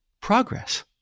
progress